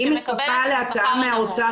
אני מצפה להצעה מהאוצר.